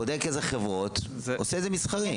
בודק איזה חברות עושה את זה מסחרי.